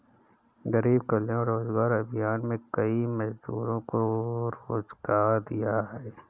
गरीब कल्याण रोजगार अभियान में कई मजदूरों को रोजगार दिया